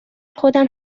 خودم